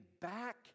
back